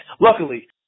Luckily